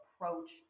approach